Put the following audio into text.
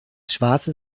schwarze